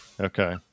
okay